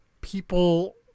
people